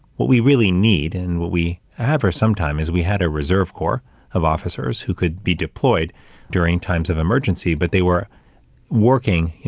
what we really need, and what we have for some time, is we had a reserve corps of officers who could be deployed during times of emergency, but they were working,